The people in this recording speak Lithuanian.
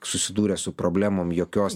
susidūrę su problemom jokios